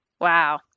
Wow